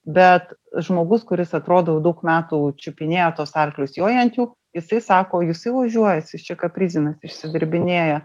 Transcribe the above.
bet žmogus kuris atrodo jau daug metų čiupinėja tuos arklius joja ant jų jisai sako jisai ožiuojasi jis čia kaprizinas išsidirbinėja